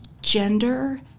gender